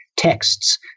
texts